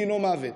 דינו מוות.